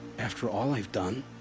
after all i've done?